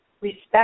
respect